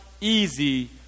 easy